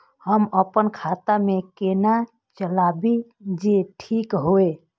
हम अपन खाता केना चलाबी जे ठीक होय?